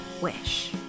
wish